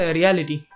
reality